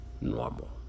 normal